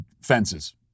fences